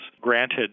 Granted